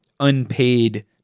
unpaid